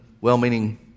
well-meaning